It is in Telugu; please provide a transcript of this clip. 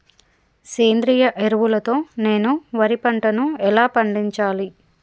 సేంద్రీయ ఎరువుల తో నేను వరి పంటను ఎలా పండించాలి?